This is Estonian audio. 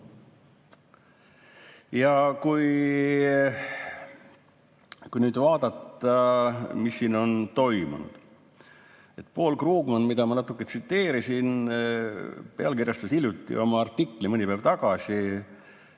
Ja kui nüüd vaadata, mis siin on toimunud. Paul Krugman, keda ma natuke tsiteerisin, pealkirjastas oma artikli, [mis ilmus] mõni päev tagasi,